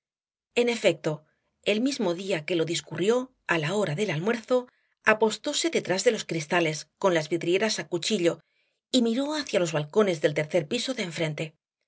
en efecto el mismo día que lo discurrió á la hora del almuerzo apostóse detrás de los cristales con las vidrieras á cuchillo y miró hacia los balcones del tercer piso de enfrente